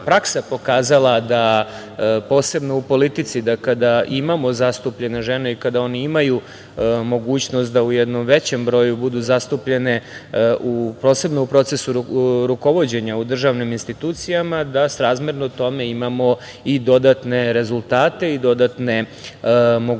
praksa pokazala da posebno u politici, da kada imamo zastupljene žene i kada one imaju mogućnost da u jednom većem broju budu zastupljene, posebno u procesu rukovođenja u državnim institucijama, da srazmerno tome imamo i dodatne rezultate i dodatne mogućnosti